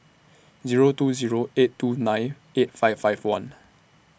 Zero two Zero eight two nine eight five five one